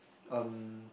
um